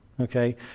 Okay